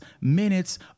minutes